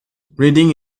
reading